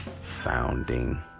sounding